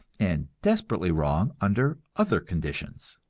and desperately wrong under other conditions.